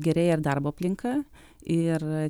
gerėja ir darbo aplinka ir